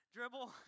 Dribble